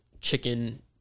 chicken